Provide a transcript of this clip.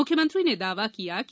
मुख्यमंत्री ने दावा किया की